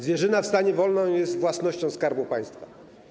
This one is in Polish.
Zwierzyna w stanie wolnym jest własnością Skarbu Państwa.